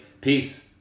Peace